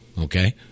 okay